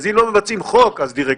אז אם לא מבצעים חוק, אז דירקטיבה?